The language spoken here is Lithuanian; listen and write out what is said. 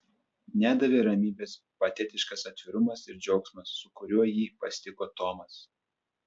nedavė ramybės patetiškas atvirumas ir džiaugsmas su kuriuo jį pasitiko tomas